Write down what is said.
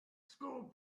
school